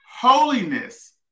Holiness